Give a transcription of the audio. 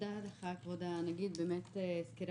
תודה לך, כבוד הנגיד, על הסקירה.